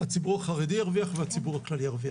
הציבור החרדי ירוויח והציבור הכללי ירוויח.